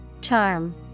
Charm